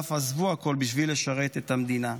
ואף עזבו הכול בשביל לשרת את המדינה.